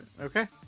Okay